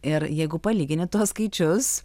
ir jeigu palygini tuos skaičius